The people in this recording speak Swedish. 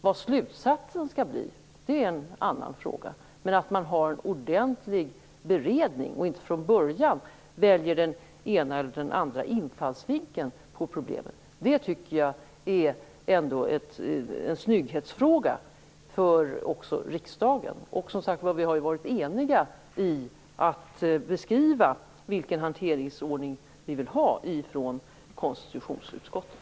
Vad slutsatsen skall bli är en annan fråga. Att man gör en ordentlig beredning och inte från början väljer den ena eller den andra infallsvinkeln på problemet tycker jag ändå är en snygghetsfråga också för riksdagen. Vi har varit eniga om att beskriva vilken hanteringsordning vi vill ha från konstitutionsutskottet.